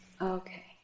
okay